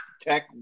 tech